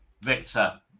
Victor